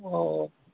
অ'